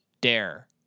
dare